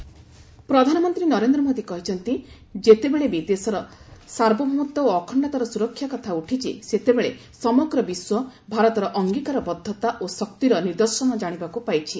ମନ୍ କି ବାତ୍ ପ୍ରଧାନମନ୍ତ୍ରୀ ନରେନ୍ଦ୍ର ମୋଦୀ କହିଛନ୍ତି ଯେତେବେଳେବି ଦେଶର ସାର୍ବଭୌମତ୍ୱ ଓ ଅଖଣ୍ଡତାର ସୁରକ୍ଷା କଥା ଉଠିଛି ସେତେବେଳେ ସମଗ୍ର ବିଶ୍ୱ ଭାରତର ଅଙ୍ଗୀକାରବଦ୍ଧତା ଓ ଶକ୍ତିର ନିଦର୍ଶନ ଜାଶିବାକୁ ପାଇଛି